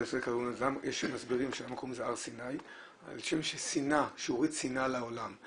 יש מסבירים שהמקום הזה נקרא הר סיני על שם שהוריד שנאה לעולם,